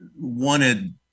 wanted